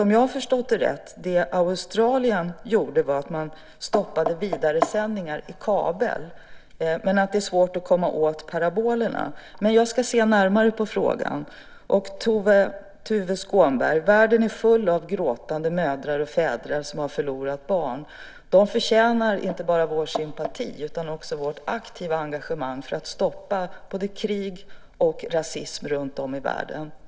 Om jag har förstått det rätt var det Australien gjorde att man stoppade vidaresändningar i kabel, men att det är svårt att komma åt parabolerna. Jag ska se närmare på frågan. Världen är, Tuve Skånberg, full av gråtande mödrar och fäder som har förlorat barn. De förtjänar inte bara vår sympati utan också vårt aktiva engagemang för att stoppa både krig och rasism runtom i världen.